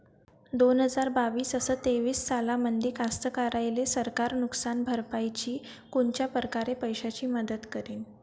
दोन हजार बावीस अस तेवीस सालामंदी कास्तकाराइले सरकार नुकसान भरपाईची कोनच्या परकारे पैशाची मदत करेन?